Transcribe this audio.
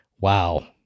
wow